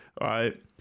right